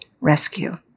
rescue